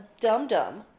dum-dum